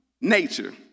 nature